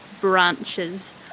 branches